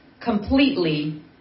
completely